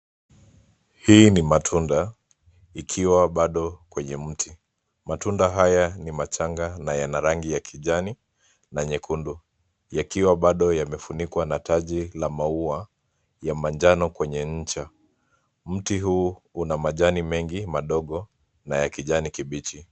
Hii ni matunda ikiwa bado kwenye mti. Matunda haya ni machanga na yana rangi ya kijani na nyekundu, yakiwa bado yamefunikwa na taji la maua ya manjano kwenye ncha. Mti huu una majani mengi madogo na ya kijani kibichi.